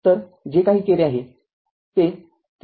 तरजे काही केले आहे